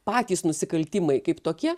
patys nusikaltimai kaip tokie